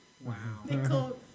Wow